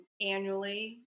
annually